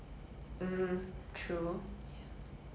would be the egg cracker machine